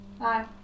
Hi